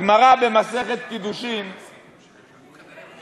הגמרא במסכת קידושין במקרה יש עמי,